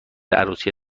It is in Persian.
عروسی